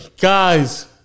guys